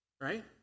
right